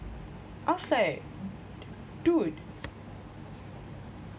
i was like dude